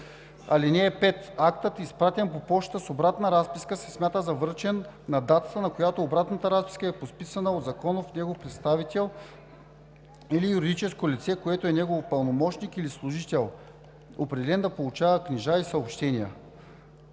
лице. (5) Актът, изпратен по пощата с обратна разписка, се смята за връчен на датата, на която обратната разписка е подписана от законен негов представител или юридическото лице, което е негов пълномощник или служител, определен да получава книжа и съобщения.